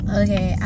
okay